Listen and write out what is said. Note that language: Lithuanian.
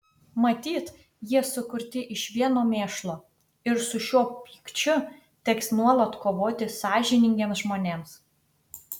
matyt jie sukurti iš vieno mėšlo ir su šiuo pykčiu teks nuolat kovoti sąžiningiems žmonėms